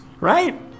Right